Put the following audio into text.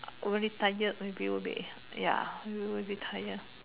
very tired maybe will be ya they will be tired